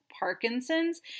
Parkinson's